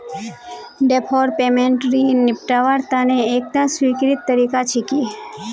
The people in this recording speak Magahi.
डैफर्ड पेमेंट ऋणक निपटव्वार तने एकता स्वीकृत तरीका छिके